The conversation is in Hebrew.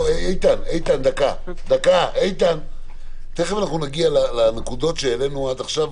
תכף נגיע לנקודות שהעלינו עד עכשיו.